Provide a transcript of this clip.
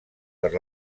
per